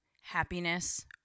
happiness